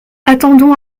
attendons